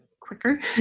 quicker